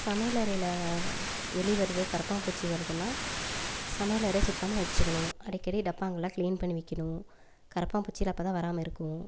சமையலறையில் எலி வருது கரப்பான் பூச்சி வருதுன்னால் சமையலறை சுத்தமாக வச்சுக்கணும் அடிக்கடி டப்பாங்கெல்லாம் க்ளீன் பண்ணி வைக்கணும் கரப்பான் பூச்சியெல்லாம் அப்போதான் வராமல் இருக்கும்